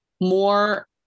more